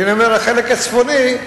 כשאני אומר החלק הצפוני,